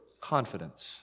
confidence